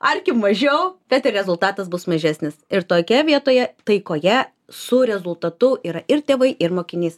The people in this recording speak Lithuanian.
arkim mažiau tad ir rezultatas bus mažesnis ir tokia vietoje taikoje su rezultatu yra ir tėvai ir mokinys